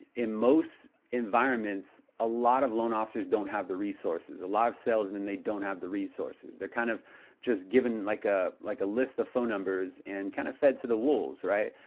in most environments, a lot of loan officers don't have the resources. a lot of salesmen, they don't have the resources. they're kind of just given like a like list of phone numbers, and kind of fed to the wolves, right?